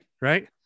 right